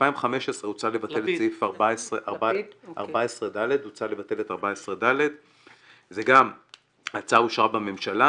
ב-2015 הוצע לבטל את סעיף 14/ד. ההצעה אושרה בממשלה